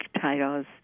titles